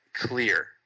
clear